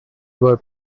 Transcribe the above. were